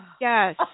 Yes